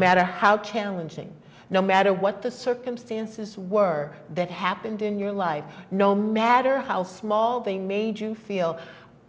matter how challenging no matter what the circumstances were that happened in your life no matter how small thing made you feel